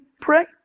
pray